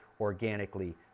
organically